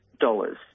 dollars